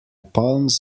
palms